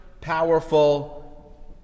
powerful